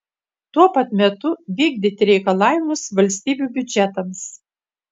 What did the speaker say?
tuo pat metu vykdyti reikalavimus valstybių biudžetams